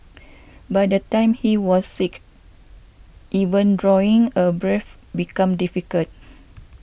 by the time he was six even drawing a breath became difficult